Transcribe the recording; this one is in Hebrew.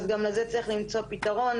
אז גם לזה צריך למצוא פתרון,